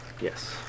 Yes